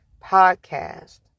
podcast